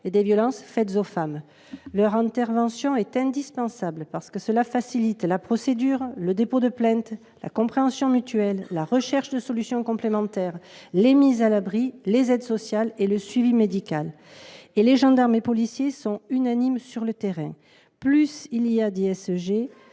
ou de violences faites aux femmes. Leur intervention est indispensable : elle facilite la procédure, le dépôt de plainte, la compréhension mutuelle, la recherche de solutions complémentaires, les mises à l’abri, l’attribution d’aides sociales et le suivi médical. Sur le terrain, les gendarmes et les policiers sont unanimes : plus il y a d’ISCG,